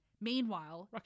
Meanwhile